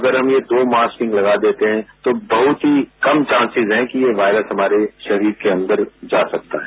अगर हम ये दो मास्किंग लगा देते हैं तो बहुत ही कम चान्सेज है कि यह वायरस हमारे शरीर के अंदर जा सकते हैं